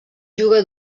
juga